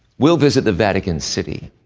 we'll visit the vatican city.